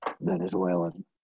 Venezuelan